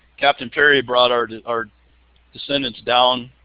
capt. and perry brought our our descendents down